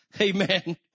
Amen